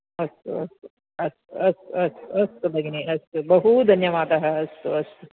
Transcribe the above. अस्तु अस्तु अस्तु अस्तु अस्तु अस्तु भगिनी अस्तु बहू धन्यवादः अस्तु अस्तु